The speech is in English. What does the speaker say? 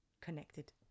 connected